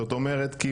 זאת אומרת,